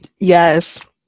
Yes